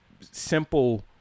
simple